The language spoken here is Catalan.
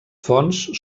fonts